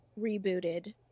rebooted